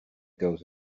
goes